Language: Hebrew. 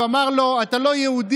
מעבר למה שקורה תמיד במליאה,